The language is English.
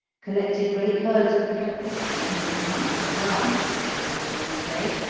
collected great herds of cattle from all the country around, as the historians say,